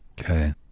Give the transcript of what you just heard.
Okay